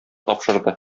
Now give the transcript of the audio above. тапшырды